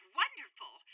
wonderful